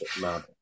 mad